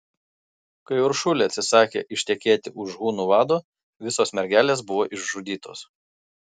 kai uršulė atsisakė ištekėti už hunų vado visos mergelės buvo išžudytos